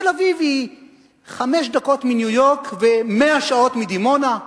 תל-אביב היא חמש דקות מניו-יורק ו-100 שעות מדימונה,